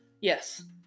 Yes